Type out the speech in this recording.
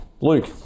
luke